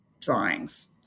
drawings